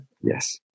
Yes